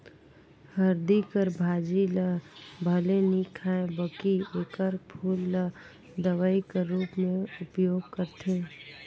हरदी कर भाजी ल भले नी खांए बकि एकर फूल ल दवई कर रूप में उपयोग करथे